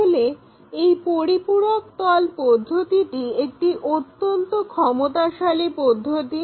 তাহলে এই পরিপূরক তল পদ্ধতিটি একটি অত্যন্ত ক্ষমতাশালী পদ্ধতি